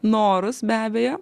norus be abejo